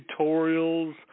tutorials